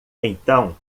então